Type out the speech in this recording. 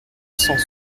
cent